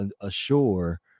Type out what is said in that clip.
assure